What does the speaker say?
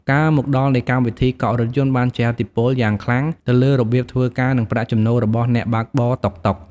ការមកដល់នៃកម្មវិធីកក់រថយន្តបានជះឥទ្ធិពលយ៉ាងខ្លាំងទៅលើរបៀបធ្វើការ និងប្រាក់ចំណូលរបស់អ្នកបើកបរតុកតុក។